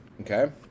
Okay